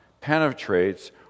penetrates